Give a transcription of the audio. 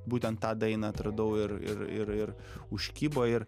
būtent tą dainą atradau ir ir ir ir užkibo ir